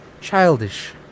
childish